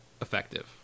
effective